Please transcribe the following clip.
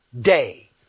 day